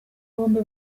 bombi